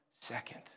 second